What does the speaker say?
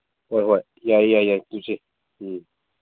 ꯍꯣꯏ ꯍꯣꯏ ꯍꯣꯏ ꯌꯥꯏ ꯌꯥꯏ ꯌꯥꯏ ꯄꯨꯁꯦ ꯎꯝ